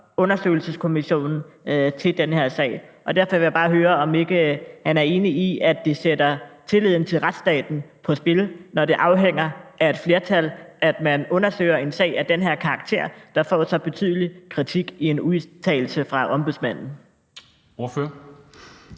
undersøgelseskommissionen til den her sag. Derfor vil jeg bare høre, om ikke han er enig i, at det sætter tilliden til retsstaten på spil, når det afhænger af et flertal, at man undersøger en sag af den her karakter, der får så betydelig kritik i en udtalelse fra Ombudsmanden. Kl.